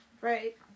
Right